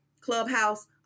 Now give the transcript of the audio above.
Clubhouse